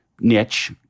niche –